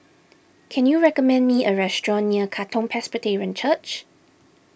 can you recommend me a restaurant near Katong Presbyterian Church